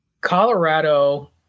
Colorado